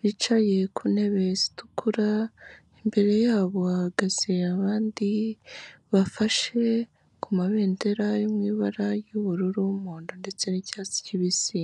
bicaye ku ntebe zitukura, imbere yabo hagaze abandi, bafashe ku mabendera yo mu ibara ry'ubururu n'umuhondo ndetse n'icyatsi kibisi.